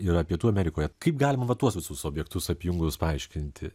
yra pietų amerikoje kaip galima va tuos visus objektus apjungus paaiškinti